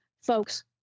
folks